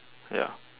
ya